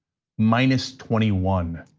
minus twenty one,